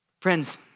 Friends